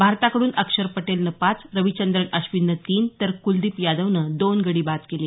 भारताकडून अक्षर पटेलनं पाच रविचंद्रन अश्विननं तीन तर कुलदीप यादवनं दोन गडी बाद केले